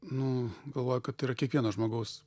nu galvoju kad tai yra kiekvieno žmogaus